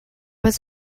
was